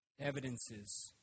evidences